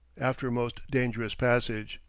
after a most dangerous passage.